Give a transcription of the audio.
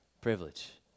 privilege